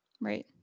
Right